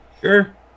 Sure